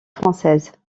française